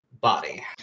body